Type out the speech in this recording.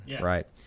right